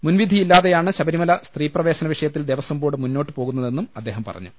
മുൻവിധിയില്ലാതെയാണ് ശബരിമല സ്ത്രീപ്രവേശന വിഷയത്തിൽ ദേവസ്വം ബോർഡ് മുന്നോട്ട് പോകുന്നതെന്നും അദ്ദേഹം പറഞ്ഞു